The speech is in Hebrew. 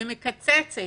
ומקצצת